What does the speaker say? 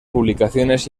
publicaciones